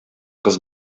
кыз